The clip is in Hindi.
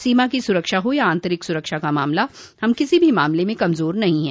सीमा की सुरक्षा हो या आंतरिक सुरक्षा का मामला हम किसी भी मामले में कमजोर नहीं हैं